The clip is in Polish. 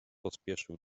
pospieszył